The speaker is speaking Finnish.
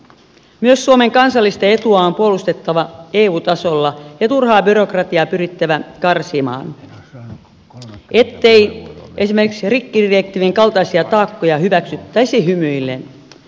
myös suomen kansallista etua on puolustettava eu tasolla ja turhaa byrokratiaa pyrittävä karsimaan ettei esimerkiksi rikkidirektiivin kaltaisia taakkoja hyväksyttäisi hymyillen